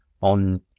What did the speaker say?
on